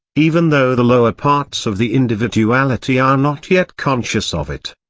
even though the lower parts of the individuality are not yet conscious of it.